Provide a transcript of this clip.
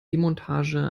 demontage